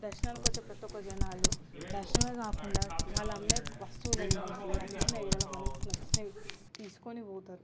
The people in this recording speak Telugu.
దర్శనానికి వచ్చే ప్రతి ఒక్క జనాలు దర్శనం కాకుండా వాళ్ళ అమ్మే వస్తువులను చూసి నచ్చినవి వాళ్ల మనసుకు నచ్చినవి తీసుకొని పోతారు